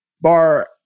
bar